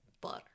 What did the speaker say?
butter